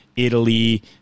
Italy